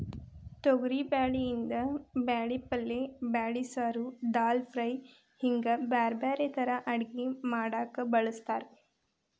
ತೊಗರಿಬ್ಯಾಳಿಯಿಂದ ಬ್ಯಾಳಿ ಪಲ್ಲೆ ಬ್ಯಾಳಿ ಸಾರು, ದಾಲ್ ಫ್ರೈ, ಹಿಂಗ್ ಬ್ಯಾರ್ಬ್ಯಾರೇ ತರಾ ಅಡಗಿ ಮಾಡಾಕ ಬಳಸ್ತಾರ